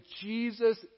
Jesus